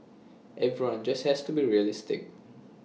everyone just has to be realistic